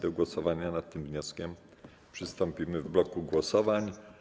Do głosowania nad tym wnioskiem przystąpimy w bloku głosowań.